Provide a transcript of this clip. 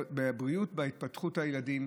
בהתפתחות הילדים,